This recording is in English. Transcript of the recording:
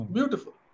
Beautiful